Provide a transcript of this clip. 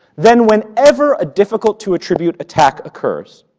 then whenever a difficult to attribute attack occurs,